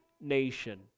nation